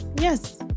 Yes